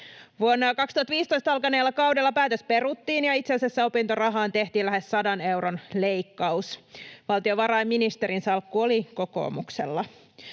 Vuonna 2015 alkaneella kaudella päätös peruttiin ja itse asiassa opintorahaan tehtiin lähes sadan euron leikkaus. Valtiovarainministerin salkku oli kokoomuksella.